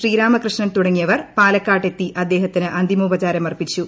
ശ്രീരാമകൃഷ്ണൻ തുടങ്ങിയവർ പാലക്കാട്ട് എത്തി അദ്ദേഹത്തിന് അന്തിമോപചാരം അർപ്പിച്ചു